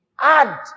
Add